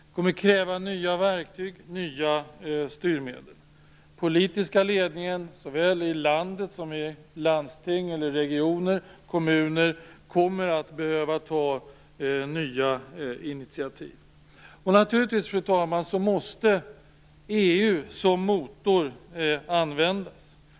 Det kommer att kräva nya verktyg och nya styrmedel. Den politiska ledningen, såväl i landet som i landsting, regioner och kommuner, kommer att behöva ta nya initiativ. Naturligtvis, fru talman, måste EU användas som motor.